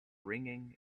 ringing